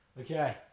Okay